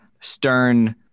Stern